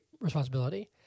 responsibility